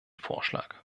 vorschlag